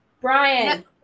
Brian